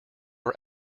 are